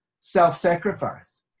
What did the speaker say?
self-sacrifice